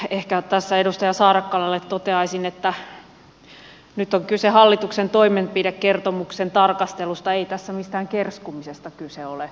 ehkä tässä edustaja saarakkalalle toteaisin että nyt on kyse hallituksen toimenpidekertomuksen tarkastelusta ei tässä mistään kerskumisesta kyse ole